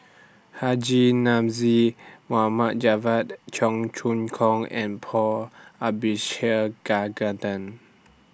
Haji Namazie Mohd Javad Cheong Choong Kong and Paul Abishegagaden